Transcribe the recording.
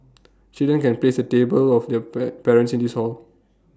children can place A table of their pre parents in this hall